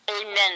Amen